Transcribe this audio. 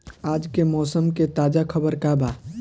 आज के मौसम के ताजा खबर का बा?